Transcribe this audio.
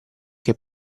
che